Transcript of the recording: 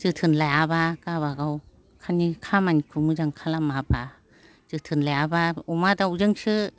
जोथोन लायाबा गावबागाव खामानिखौ मोजां खालामाबा जोथोन लायाबा अमा दाउजोंसो